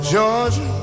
Georgia